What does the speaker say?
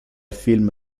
film